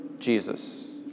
Jesus